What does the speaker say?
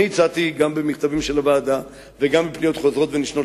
הצעתי גם במכתבים של הוועדה וגם בפניות חוזרות ונשנות